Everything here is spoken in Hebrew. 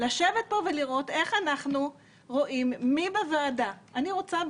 לשבת פה ולראות איך אנחנו רואים מי בוועדה אני רוצה,